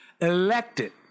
elected